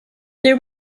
there